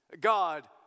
God